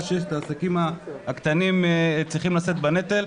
שיש העסקים הקטנים צריכים לשאת בנטל,